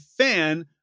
fan